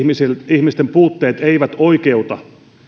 ihmisen puutteet eivät oikeuta